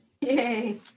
Yay